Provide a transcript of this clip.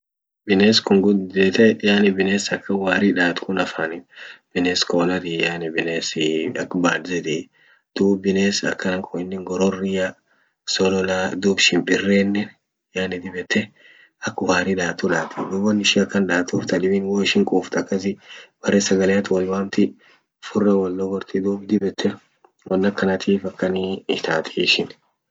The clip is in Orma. Bines kun guddete yani bines akan wari daat kun afanin bines kolatii yani bines ak birds tii. duub bines akkann kun innin gorroria solola dub shimpirenen yani dib yette ak wari datu daati dum won ishin akan datuf tadibin wo ishin qufat akkasi bere sagaleat wot wamti ufira wol dogorti duub dib yette won akkanatif akanii itaati ishin.